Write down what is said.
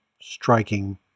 striking